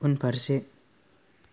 उनफारसे